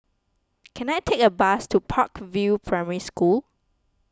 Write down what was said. can I take a bus to Park View Primary School